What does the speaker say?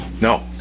No